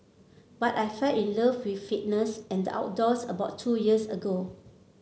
but I fell in love with fitness and the outdoors about two years ago